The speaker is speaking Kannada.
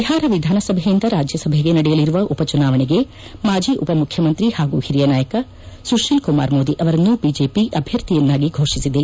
ಬಿಹಾರ ವಿಧಾನಸಭೆಯಿಂದ ರಾಜ್ಯಸಭೆಗೆ ನಡೆಯಲಿರುವ ಉಪಚುನಾವಣೆಗೆ ಮಾಜಿ ಉಪಮುಖ್ಯಮಂತ್ರಿ ಹಾಗೂ ಒರಿಯ ನಾಯಕ ಸುತೀಲ್ ಕುಮಾರ್ ಮೋದಿ ಅವರನ್ನು ಐಜೆಪಿ ಆಭ್ದರ್ಥಿಯನ್ನಾಗಿ ಘೋಷಿಸಿದೆ